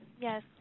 Yes